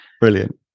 Brilliant